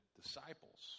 disciples